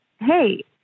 Hey